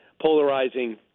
polarizing